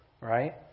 right